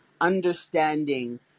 understanding